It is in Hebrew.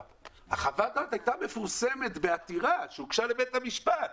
חוות הדעת הייתה מפורסמת בעתירה שהוגשה לבית המשפט.